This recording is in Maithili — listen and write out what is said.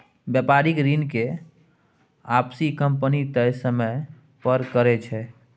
बेपारिक ऋण के आपिस कंपनी तय समय पर करै छै